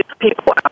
people